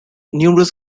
numerous